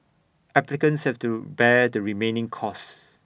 applicants have to bear the remaining costs